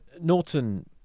Norton